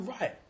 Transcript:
right